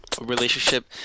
relationship